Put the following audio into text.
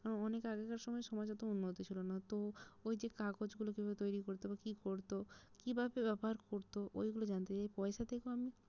কারণ অনেক আগেকার সময় সমাজ অত উন্নত ছিলো না তো ওই যে কাগজগুলো কীভাবে তৈরি করতো বা কি করতো কীভাবে ব্যবহার করতো ওইগুলো জানতে চাই পয়সা থেকেও আমি